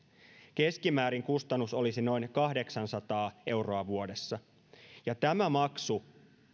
keskimäärin kustannus olisi noin kahdeksansataa euroa vuodessa ja tämä maksu